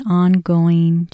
ongoing